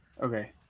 Okay